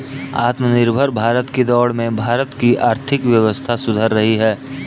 आत्मनिर्भर भारत की दौड़ में भारत की आर्थिक व्यवस्था सुधर रही है